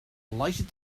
lighted